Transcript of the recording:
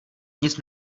nic